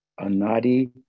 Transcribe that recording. anadi